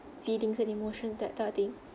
feelings and emotion that type of thing